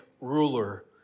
ruler